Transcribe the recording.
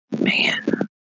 man